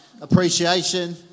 appreciation